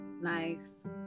nice